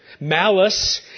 Malice